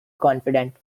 confident